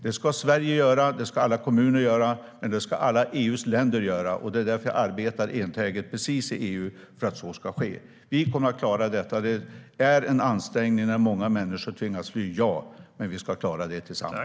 Det ska Sverige, alla kommuner och alla EU:s länder göra. Det är därför som jag arbetar enträget i EU för att så ska ske. Vi kommer att klara detta. Det blir en ansträngning när många människor tvingas att fly, ja. Men vi ska klara det tillsammans.